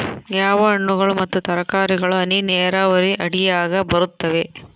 ಯಾವ ಹಣ್ಣುಗಳು ಮತ್ತು ತರಕಾರಿಗಳು ಹನಿ ನೇರಾವರಿ ಅಡಿಯಾಗ ಬರುತ್ತವೆ?